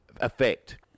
effect